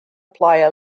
playa